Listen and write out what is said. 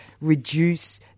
reduce